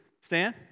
Stan